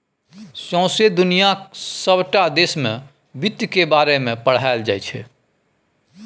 सौंसे दुनियाक सबटा देश मे बित्त केर बारे मे पढ़ाएल जाइ छै